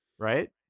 right